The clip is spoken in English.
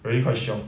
really quite xiong